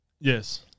Yes